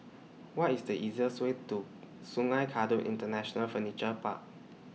What IS The easiest Way to Sungei Kadut International Furniture Park